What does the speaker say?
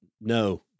no